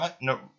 No